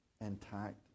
intact